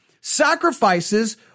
Sacrifices